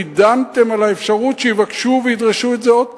כי דנתם על האפשרות שיבקשו וידרשו את זה עוד פעם.